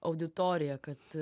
auditorija kad